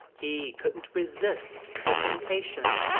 he couldn't resist the temptation.